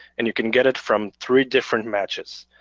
and you can get it from three different matches.